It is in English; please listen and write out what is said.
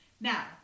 Now